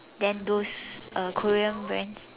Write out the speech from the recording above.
then those uh Korean brands